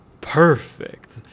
perfect